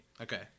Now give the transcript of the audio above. Okay